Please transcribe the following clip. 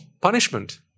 punishment